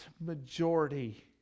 majority